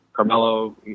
Carmelo